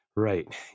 Right